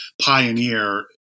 pioneer